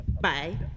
Bye